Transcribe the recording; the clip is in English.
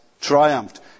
triumphed